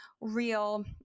real